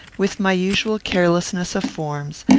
with my usual carelessness of forms,